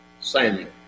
Samuel